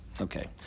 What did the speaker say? Okay